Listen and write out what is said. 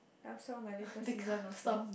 I've saw also